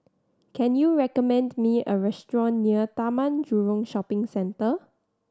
can you recommend me a restaurant near Taman Jurong Shopping Centre